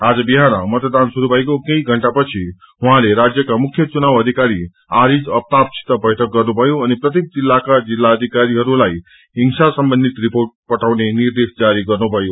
आज बिहान मतदान शुरू भएको केशी घण्टापछि उहाँले राज्यका मुख्य चुनाव अधिकारी आरिज अफताबसित बैठक गर्नुमयो अनि प्रत्येक जिल्लाका जिल्लाष्क्रिरीहरूलाई हिंसा सम्बन्धित रिर्पोट पठाउने निद्रेश्व जारी गर्नुभयो